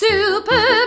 Super